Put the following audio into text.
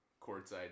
courtside